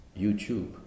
YouTube